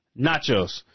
nachos